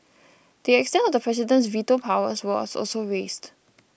the extent of the president's veto powers was also raised